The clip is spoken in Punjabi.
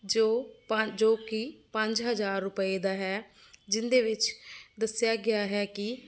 ਜੋ ਪੰ ਜੋ ਕਿ ਪੰਜ ਹਜ਼ਾਰ ਰੁਪਏ ਦਾ ਹੈ ਜਿਹਦੇ ਵਿੱਚ ਦੱਸਿਆ ਗਿਆ ਹੈ ਕਿ